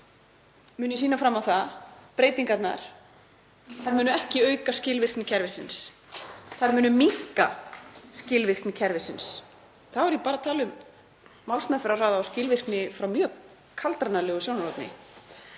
mun ég sýna fram á að breytingarnar munu ekki auka skilvirkni kerfisins, þær munu minnka skilvirkni kerfisins. Og þá er ég bara að tala um málsmeðferðarhraða og skilvirkni frá mjög kaldranalegu sjónarhorni.